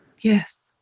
Yes